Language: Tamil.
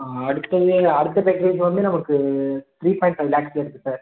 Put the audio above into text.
ஆ அடுத்தது அடுத்த பேக்கேஜ் வந்து நமக்கு த்ரீ பாய்ண்ட் ஃபைவ் லேக்ஸில் இருக்குது சார்